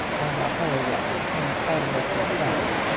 and i'll tell you what. in spite of what he says,